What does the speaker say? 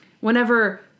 whenever